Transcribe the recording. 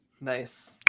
Nice